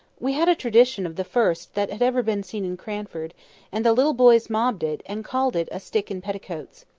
we had a tradition of the first that had ever been seen in cranford and the little boys mobbed it, and called it a stick in petticoats.